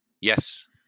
Yes